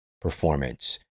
performance